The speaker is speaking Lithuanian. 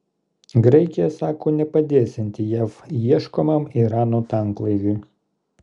graikija sako nepadėsianti jav ieškomam irano tanklaiviui